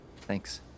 Thanks